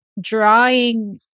drawing